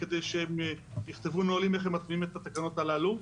כדי שהם יכתבו נהלים איך הם מטמיעים את התקנות הללו.